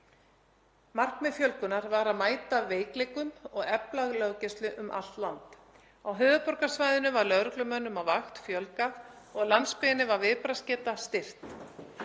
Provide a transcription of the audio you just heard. Markmið fjölgunar var að mæta veikleikum og efla löggæslu um allt land. Á höfuðborgarsvæðinu var lögreglumönnum á vakt fjölgað og á landsbyggðinni var viðbragðsgeta styrkt.